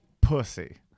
Pussy